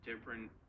different